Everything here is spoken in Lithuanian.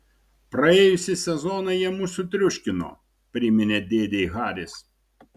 praėjusį sezoną jie mus sutriuškino priminė dėdei haris